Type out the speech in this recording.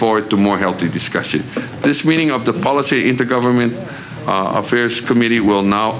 forward to more healthy discussion this reading of the policy in the government affairs committee will now